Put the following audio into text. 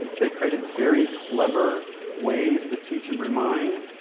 they created very clever ways to teach and remind.